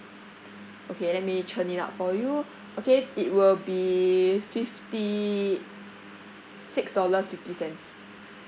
okay let me check it out for you okay it will be fifty six dollars fifty cents